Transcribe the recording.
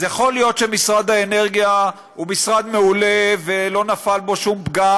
אז יכול להיות שמשרד האנרגיה הוא משרד מעולה ולא נפל בו שום פגם,